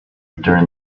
during